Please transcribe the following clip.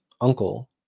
uncle